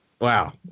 Wow